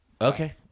okay